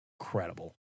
incredible